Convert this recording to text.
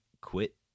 quit